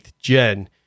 Gen